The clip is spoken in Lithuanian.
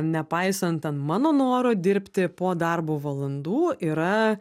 nepaisant ten mano noro dirbti po darbo valandų yra